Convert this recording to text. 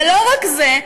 ולא רק זה,